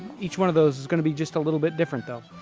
each one of those is going to be just a little bit different though.